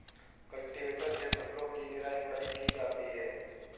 cultivator से फसलों की निराई गुड़ाई की जाती है